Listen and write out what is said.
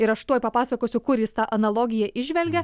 ir aš tuoj papasakosiu kur jis tą analogiją įžvelgia